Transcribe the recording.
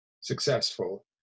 successful